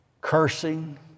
cursing